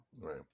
right